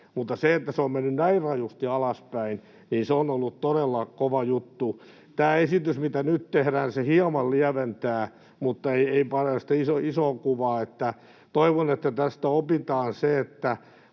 mutta se, että se on mennyt näin rajusti alaspäin, on ollut todella kova juttu. Tämä esitys, joka nyt tehdään, hieman lieventää mutta ei paranna sitä isoa kuvaa. Toivon, että tästä opitaan se,